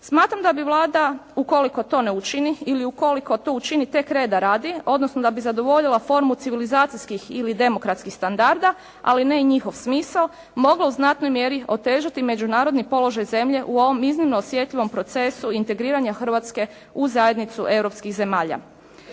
Smatram da bi Vlada ukoliko to ne učini ili ukoliko to učini tek reda radi odnosno da bi zadovoljila formu civilizacijskih ili demokratskih standarda ali ne i njihov smisao, mogla u znatnoj mjeri otežati međunarodni položaj zemlje u ovom iznimno osjetljivom procesu integriranja Hrvatske u zajednicu europskih zemalja.